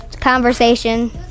conversation